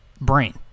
brain